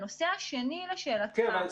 הנושא השני לשאלתך --- כן אבל,